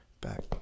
back